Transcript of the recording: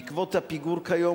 בעקבות הפיגור כיום,